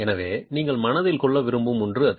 எனவே நீங்கள் மனதில் கொள்ள விரும்பும் ஒன்று அது